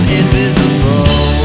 invisible